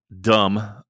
dumb